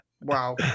wow